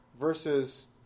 versus